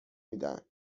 میدن